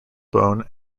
bone